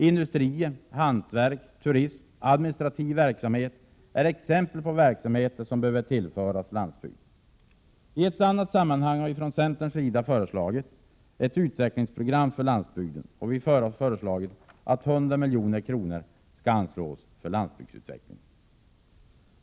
Industri, hantverk, turism och administrativ verksamhet är exempel på verksamheter som behöver tillföras landsbygden. I annat sammanhang har vi från centern föreslagit ett särskilt utvecklingsprogram för landsbygden. Vi har föreslagit att 100 milj.kr. skall anslås för landsbygdsutveckling.